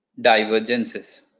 divergences